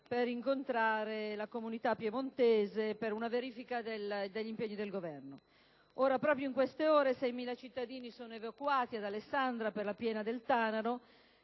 per incontrare la comunità piemontese per una verifica degli impegni del Governo. Proprio in queste ore 6.000 cittadini sono stati evacuati da Alessandria per la piena del Tanaro.